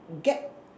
get